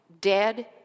dead